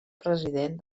president